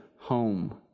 Home